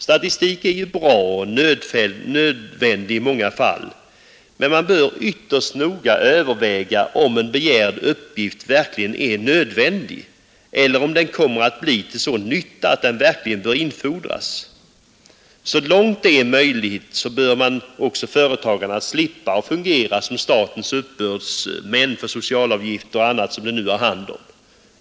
Statistik är bra och nödvändig i många fall, men man bör ytterst noga överväga om en begärd uppgift verkligen är nödvändig eller om den kommer att bli till sådan nytta att den bör infordras. Så långt det är möjligt bör också företagarna slippa att fungera som statens uppbördsmän för socialavgifter och annat som de nu har hand om.